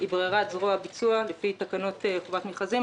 ברירת זרוע ביצוע לפי תקנות חובת מכרזים,